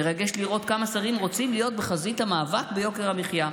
מרגש לראות כמה שרים רוצים להיות בחזית המאבק ביוקר המחיה,